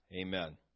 Amen